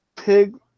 Pig